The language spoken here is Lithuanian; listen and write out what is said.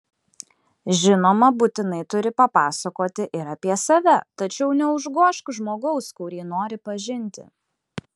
žinoma būtinai turi papasakoti ir apie save tačiau neužgožk žmogaus kurį nori pažinti